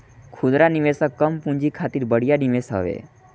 खुदरा निवेशक कम पूंजी खातिर बढ़िया निवेश हवे